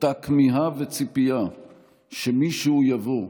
אותה כמיהה וציפייה שמישהו יבוא,